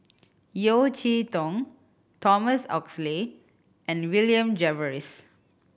Yeo Cheow Tong Thomas Oxley and William Jervois